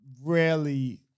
rarely